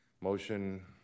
Motion